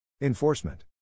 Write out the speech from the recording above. Enforcement